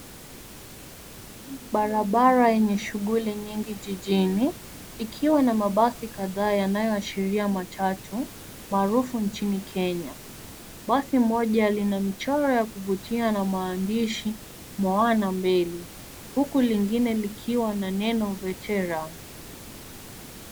Barabara yenye shughuli nyingi jijini, ikiwa na mabasi kadhaa yanayoashiria matatu, maarufu nchini Kenya. Basi moja lina michoro ya kuvutia na maandishi Moana mbele, huku lingine likiwa na neno veteran .